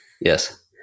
yes